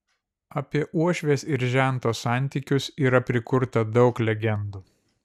apie uošvės ir žento santykius yra prikurta daug legendų